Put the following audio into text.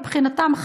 מבחינתם,